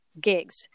gigs